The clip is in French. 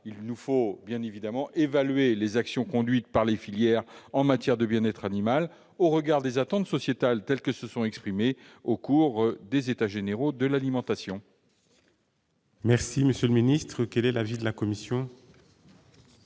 Il nous faut évidemment évaluer les actions conduites par les filières en matière de bien-être animal, au regard des attentes sociétales telles qu'elles se sont exprimées au cours des États généraux de l'alimentation. Quel est l'avis de la commission ?